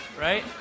right